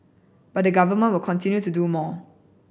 but the Government will continue to do more